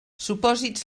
supòsits